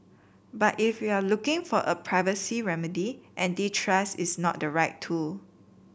but if you're looking for a privacy remedy antitrust is not the right tool